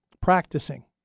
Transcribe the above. practicing